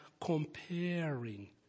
comparing